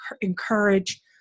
encourage